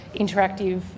interactive